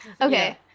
Okay